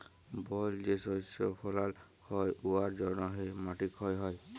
বল যে শস্য ফলাল হ্যয় উয়ার জ্যনহে মাটি ক্ষয় হ্যয়